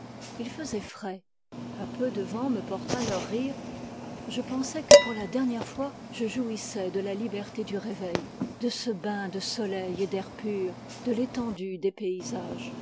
il faisait frais un peu de vent me porta leurs rires je pensai que pour la dernière fois je jouissais de la liberté du réveil de ce bain de soleil et d'air pur de l'étendue des paysages